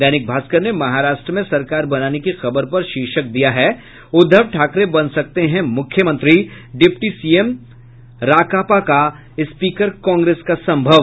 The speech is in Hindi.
दैनिक भास्कर ने महाराष्ट्र में सरकार बनाने की खबर पर शीर्षक दिया उद्वव ठाकरे बन सकते हैं मुख्यमंत्री डिप्टी सीएम राकांपा का स्पीकर कांग्रेस का संभव